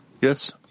Yes